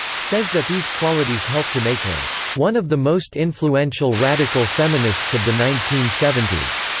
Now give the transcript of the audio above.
says that these qualities helped to make her one of the most influential radical feminists of the nineteen seventy s.